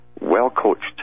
well-coached